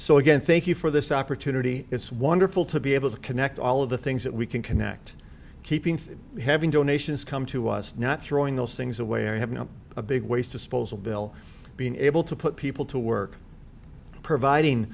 so again thank you for this opportunity it's wonderful to be able to connect all of the things that we can connect keeping having donations come to us not throwing those things away or have not a big waste disposal bill being able to put people to work providing